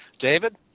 David